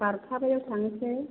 बारथासोआव थांनोसै